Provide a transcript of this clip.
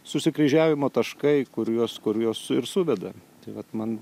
susikryžiavimo taškai kuriuos kuriuos ir suveda tai vat man